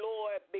Lord